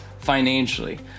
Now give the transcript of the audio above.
financially